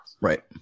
Right